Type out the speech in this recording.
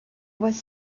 was